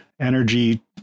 energy